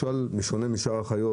השועל בשונה משאר החיות,